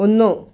ഒന്ന്